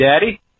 Daddy